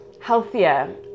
healthier